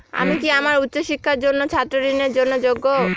আমি কি আমার উচ্চ শিক্ষার জন্য ছাত্র ঋণের জন্য যোগ্য?